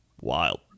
Wild